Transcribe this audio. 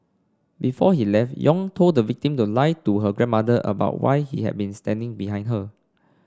before he left Yong told the victim to lie to her grandmother about why he had been standing behind her